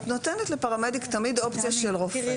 את נותנת לפרמדיק תמיד אופציה של רופא.